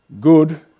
good